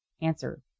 Answer